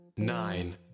nine